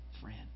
friend